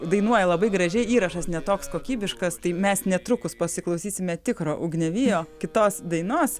dainuoja labai gražiai įrašas ne toks kokybiškas tai mes netrukus pasiklausysime tikro ugniavijo kitos dainos